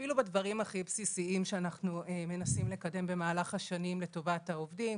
אפילו בדברים הכי בסיסיים שאנחנו מנסים לקדם במהלך השנים לטובת העובדים,